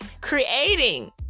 creating